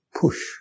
push